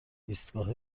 ایستگاه